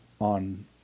on